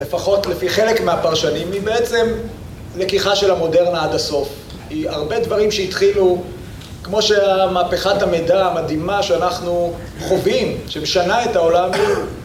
לפחות, לפי חלק מהפרשנים, היא בעצם לקיחה של המודרנה עד הסוף. היא הרבה דברים שהתחילו, כמו שהמהפכת המידע המדהימה שאנחנו חווים, שמשנה את העולם.